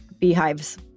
beehives